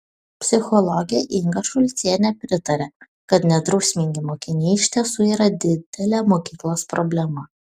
psichologė inga šulcienė pritaria kad nedrausmingi mokiniai iš tiesų yra didelė mokyklos problema